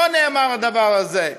לא נאמר הדבר הזה.